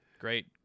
great